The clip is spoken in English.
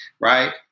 right